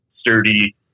sturdy